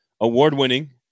award-winning